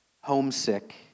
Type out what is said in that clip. homesick